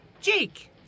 Jake